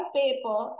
paper